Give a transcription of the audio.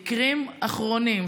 המקרים האחרונים,